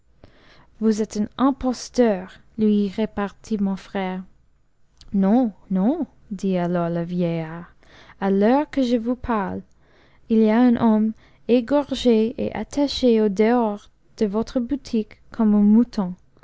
vous êtes un imposteur lui repartit mon frère non non dit alors le vieillard à l'heure que je vous parle il y a un homme égorgé et attaché au dehors de votre boutique comme un mouton